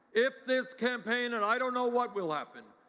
if this campaign and i don't know what will happen,